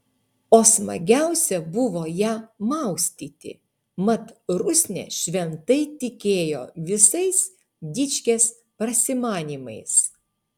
o smagiausia buvo ją maustyti mat rusnė šventai tikėjo visais dičkės prasimanymais